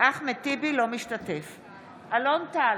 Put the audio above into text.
אלון טל,